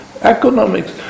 economics